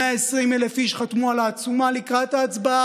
120,000 איש חתמו על העצומה לקראת ההצבעה